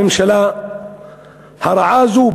הממשלה הרעה הזאת,